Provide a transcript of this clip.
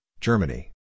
Germany